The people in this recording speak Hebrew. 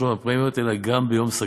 כשמגיעים לפתחנו מקרים כאלה,